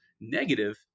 negative